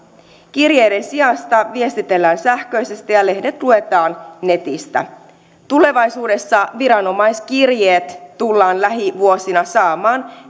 kirjeiden sijasta viestitellään sähköisesti ja lehdet luetaan netistä tulevaisuudessa lähivuosina viranomaiskirjeet tullaan saamaan